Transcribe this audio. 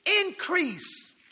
Increase